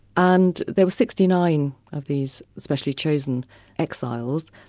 and there were sixty nine of these specially-chosen exiles.